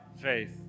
faith